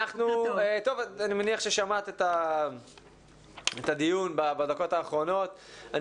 ששמעת את הדיון בדקות האחרונות.